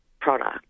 product